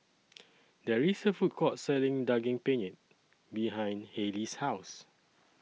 There IS A Food Court Selling Daging Penyet behind Hailee's House